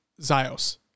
Zios